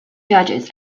judges